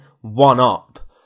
one-up